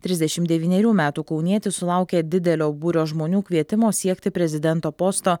trisdešimt devynerių metų kaunietis sulaukė didelio būrio žmonių kvietimo siekti prezidento posto